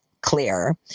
clear